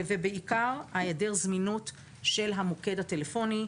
ובעיקר היעדר זמינות של המוקד הטלפוני,